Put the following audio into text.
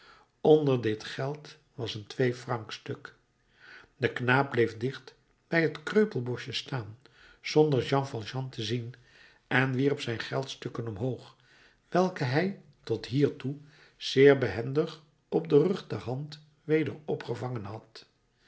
onder dit geld was een tweefrancstuk de knaap bleef dicht bij het kreupelboschje staan zonder jean valjean te zien en wierp zijn geldstukken omhoog welke hij tot hiertoe zeer behendig op den rug der hand weder opgevangen had